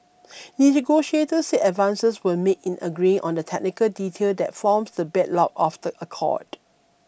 negotiators said advances were made in agreeing on the technical detail that forms the bedrock of the accord